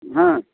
ହଁ